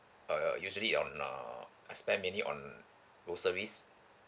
but I usually um ah I spend mainly on grocery